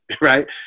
right